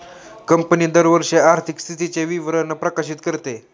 company दरवर्षी आर्थिक स्थितीचे विवरण प्रकाशित करते